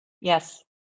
Yes